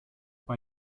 bei